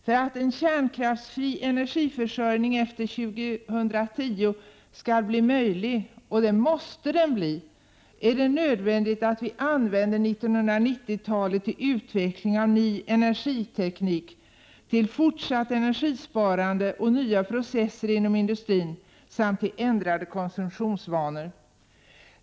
För att kärnkraftsfri energiförsörjning efter 2010 skall bli möjlig — och det måste den bli — är det nödvändigt att 1990-talet används till utveckling av ny energiteknik, till fortsatt energisparande och nya processer inom industrin samt till ändrade konsumtionsvanor.